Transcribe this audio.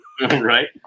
Right